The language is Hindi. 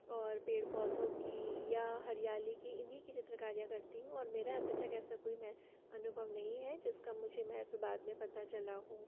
और पेड़ पौधों की या हरियाली की इन्हीं की चित्रकारियाँ करती हूँ और मेरा अभी तक ऐसा कोई मह अनुभव नहीं है जिसका मुझे महत्त्व बाद में पता चला हो